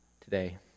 today